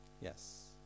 Yes